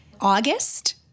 August